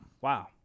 Wow